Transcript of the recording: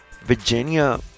Virginia